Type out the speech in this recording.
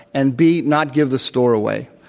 and b, not give the store away,